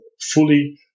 fully